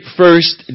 first